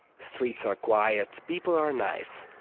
streets are quiet, people are nice.